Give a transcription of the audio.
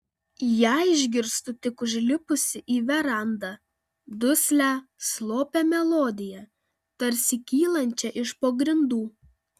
ją išgirstu tik užlipusi į verandą duslią slopią melodiją tarsi kylančią iš po grindų